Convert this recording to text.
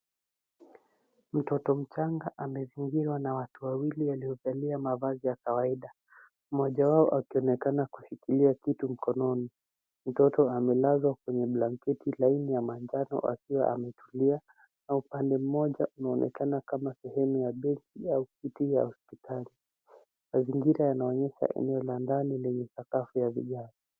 Mtoto mchanga amezingirwa na watu wawili waliovalia mavazi ya kawaida, mmoja wao akionekana kushikilia kitu mkononi. Mtoto amelazwa kwenye blanketi laini ya manjano akiwa ametulia na upande mmoja unaonekana kama sehemu ya benchi au kiti ya hospitali. Mazingira yanaonyesha eneo la ndani lenye sakafu ya vigae.